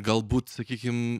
galbūt sakykim